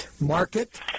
market